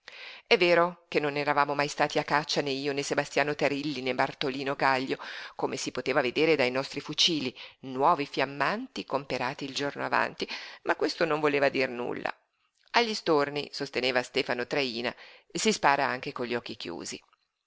è vero che non eravamo mai stati a caccia né io né sebastiano terilli né bartolino gaglio come si poteva vedere dai nostri fucili nuovi fiammanti comperati il giorno avanti ma questo non voleva dir nulla agli storni sosteneva stefano traína si spara anche con gli occhi chiusi